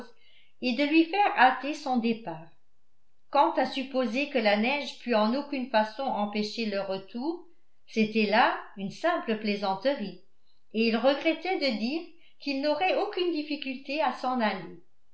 et de lui faire hâter son départ quant à supposer que la neige pût en aucune façon empêcher leur retour c'était là une simple plaisanterie et il regrettait de dire qu'ils n'auraient aucune difficulté à s'en aller